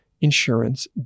insurance